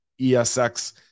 ESX